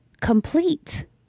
complete